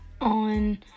on